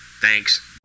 Thanks